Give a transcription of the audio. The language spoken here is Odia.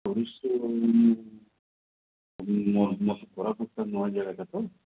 ଟୁରିଷ୍ଟ୍ କୋରାପୁଟଟା ନୂଆ ଯାଗାଟା ତ